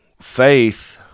faith